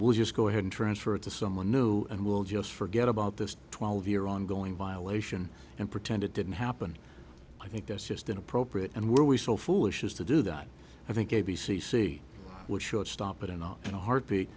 we'll just go ahead and transfer it to someone new and we'll just forget about this twelve year ongoing violation and pretend it didn't happen i think that's just inappropriate and were we so foolish as to do that i think a b c see what should stop it or not in a heartbeat